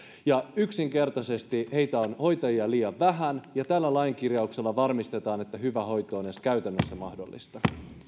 yksinkertaisesti hoitajia on liian vähän ja tällä lain kirjauksella varmistetaan että hyvä hoito on edes käytännössä mahdollista